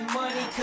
money